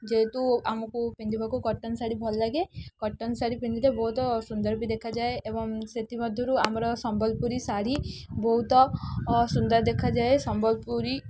ଯେହେତୁ ଆମକୁ ପିନ୍ଧିବାକୁ କଟନ୍ ଶାଢ଼ୀ ଭଲ ଲାଗେ କଟନ୍ ଶାଢ଼ୀ ପିନ୍ଧିଲେ ବହୁତ ସୁନ୍ଦର ବି ଦେଖାଯାଏ ଏବଂ ସେଥିମଧ୍ୟରୁ ଆମର ସମ୍ବଲପୁରୀ ଶାଢ଼ୀ ବହୁତ ସୁନ୍ଦର ଦେଖାଯାଏ ସମ୍ବଲପୁରୀ